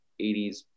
80s